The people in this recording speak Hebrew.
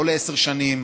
לא לעשר שנים,